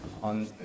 on